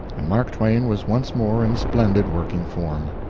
and mark twain was once more in splendid working form.